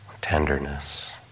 tenderness